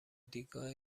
دیدگاه